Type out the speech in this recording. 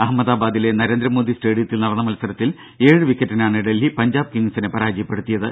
അഹമ്മദാബാദിലെ നരേന്ദ്രമോദി സ്റ്റേഡിയത്തിൽ നടന്ന മത്സരത്തിൽ ഏഴ് വിക്കറ്റിനാണ് ഡൽഹി പഞ്ചാബ് കിങ്സിനെ പരാജയപ്പടുത്തിയത്